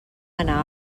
anar